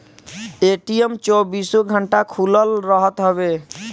ATM चौबीसो घंटा खुलल रहत हवे